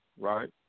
right